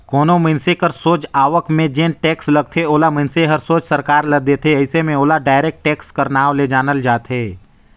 कोनो मइनसे कर सोझ आवक में जेन टेक्स लगथे ओला मइनसे हर सोझ सरकार ल देथे अइसे में ओला डायरेक्ट टेक्स कर नांव ले जानल जाथे